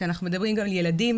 כשאנחנו מדברים גם על ילדים,